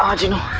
um genie